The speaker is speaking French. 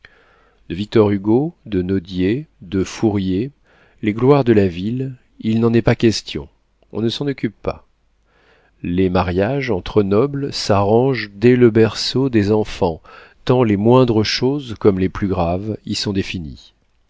de victor hugo de nodier de fourier les gloires de la ville il n'en est pas question on ne s'en occupe pas les mariages entre nobles s'arrangent dès le berceau des enfants tant les moindres choses comme les plus graves y sont définies